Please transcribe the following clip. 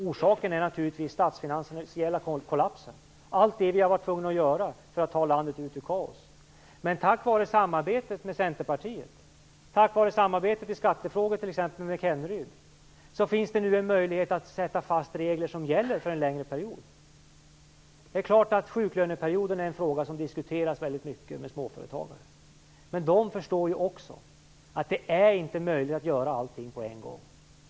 Orsaken är naturligtvis den statsfinansiella kollapsen och allt det vi har varit tvungna att göra för att ta landet ut ur kaos. Tack vare samarbetet med Centerpartiet och samarbetet i skattefrågor med t.ex. Kenneryd finns det nu möjligheter att slå fast regler som gäller för en längre period. Sjuklöneperioden är förstås en fråga som diskuteras väldigt mycket bland småföretagare. Men de förstår ju också att det inte är möjligt att göra allting på en gång.